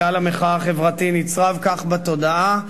גל המחאה החברתי נצרב כך בתודעה,